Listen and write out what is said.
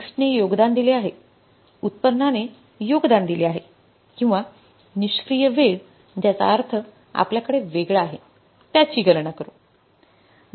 मिक्सइड ने योगदान दिले आहे उत्पन्नाने योगदान दिले आहे किंवा निष्क्रिय वेळ ज्याचा अर्थ आपल्याकडे वेगळा आहे आपण त्याची गणना करू